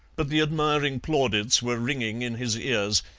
but the admiring plaudits were ringing in his ears,